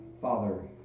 Father